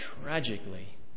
tragically